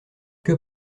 que